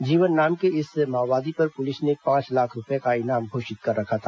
जीवन नाम के इस माओवादी पर पुलिस ने पांच लाख रूपये का इनाम घोषित कर रखा था